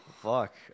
Fuck